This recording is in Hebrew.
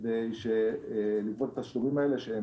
כדי לגבות את התשלומים האלה.